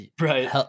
right